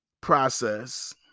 process